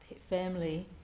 family